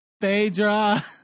Phaedra